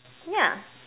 ya